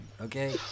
okay